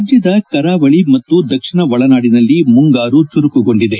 ರಾಜ್ಲದ ಕರಾವಳಿ ಮತ್ತು ದಕ್ಷಿಣ ಒಳನಾಡಿನಲ್ಲಿ ಮುಂಗಾರು ಚುರುಕುಗೊಂಡಿದೆ